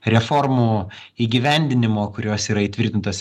reformų įgyvendinimo kurios yra įtvirtintos